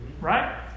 Right